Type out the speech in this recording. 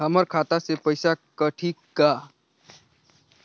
हमर खाता से पइसा कठी का?